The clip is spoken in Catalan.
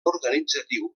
organitzatiu